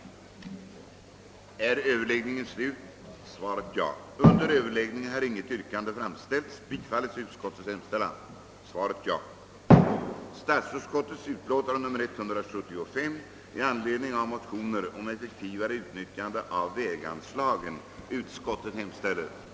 ning om ökat skydd för arbetstagare mot obefogade uppsägningar och om uppsägningsskydd samt att för riksdagen framlägges de förslag vartill en dylik utredning kan ge anledning».